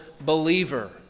believer